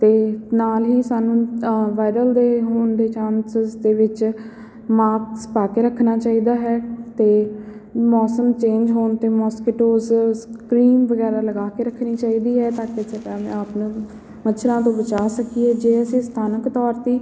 ਅਤੇ ਨਾਲ ਹੀ ਸਾਨੂੰ ਵਾਇਰਲ ਦੇ ਹੋਣ ਦੇ ਚਾਂਸਿਸ ਦੇ ਵਿੱਚ ਮਾਕਸ ਪਾ ਕੇ ਰੱਖਣਾ ਚਾਹੀਦਾ ਹੈ ਅਤੇ ਮੌਸਮ ਚੇਂਜ ਹੋਣ 'ਤੇ ਮੋਸਕੀਟੋਸਸ ਕਰੀਮ ਵਗੈਰਾ ਲਗਾ ਕੇ ਰੱਖਣੀ ਚਾਹੀਦੀ ਹੈ ਤਾਂ ਕਿ ਅਸੀਂ ਆਪਣੇ ਆਪ ਨੂੰ ਮੱਛਰਾਂ ਤੋਂ ਬਚਾਅ ਸਕੀਏ ਜੇ ਅਸੀਂ ਸਥਾਨਕ ਤੌਰ 'ਤੇ